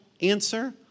answer